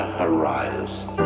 horizon